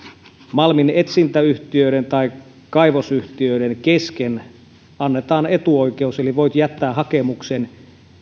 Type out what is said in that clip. malminetsintäyhtiöiden tai kaivosyhtiöiden kesken annetaan etuoikeus eli voit jättää hakemuksen